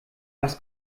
was